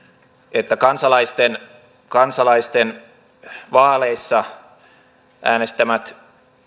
että kansalaisten kansalaisten vaaleissa äänestämät